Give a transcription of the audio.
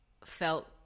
Felt